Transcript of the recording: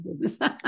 business